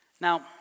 Now